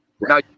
Now